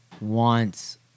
wants